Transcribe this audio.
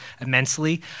immensely